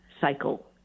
cycle